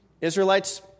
Israelites